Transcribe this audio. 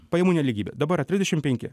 pajamų nelygybė dabar yra trisdešim penki